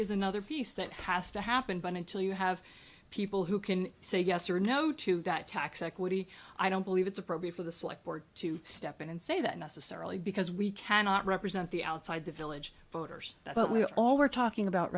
is another piece that has to happen but until you have people who can say yes or no to that tax equity i don't believe it's appropriate for the slick board to step in and say that necessarily because we cannot represent the outside the village voters that we all were talking about